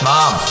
Mom